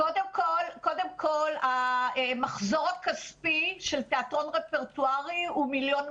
קודם כל המחזור הכספי של תיאטרון רפרטוארי הוא 1.2 מיליון,